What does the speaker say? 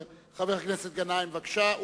חבר הכנסת מסעוד גנאים, בבקשה.